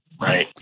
Right